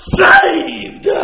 saved